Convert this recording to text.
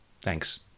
Thanks